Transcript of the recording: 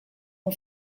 ont